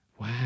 Wow